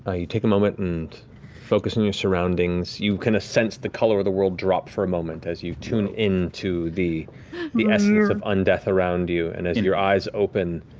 ah you take a moment and focus on your surroundings. you sense the color of the world drop for a moment, as you tune into the the essence of undeath around you. and as and your eyes open